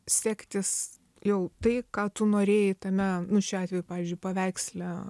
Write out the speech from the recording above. sektis jau tai ką tu norėjai tame nu šiuo atveju pavyzdžiui paveiksle